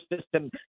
system